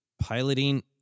piloting